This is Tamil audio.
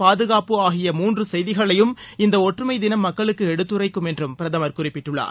பாதுகாப்பு ஆகிய மூன்று செய்திகளையும் இந்த ஒற்றுமை தினம் மக்களுக்கு எடுத்துரைக்கும் என்றும் பிரதமர் குறிப்பிட்டுள்ளார்